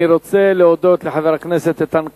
אני רוצה להודות לחברי הכנסת איתן כבל,